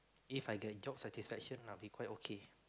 If I get job satisfaction I'll be quite okay